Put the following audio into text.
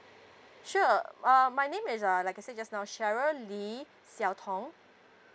sure um my name is uh like I said just now cheryl lee xiau tong